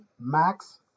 Max